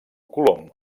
colom